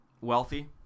wealthy